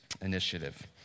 Initiative